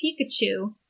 Pikachu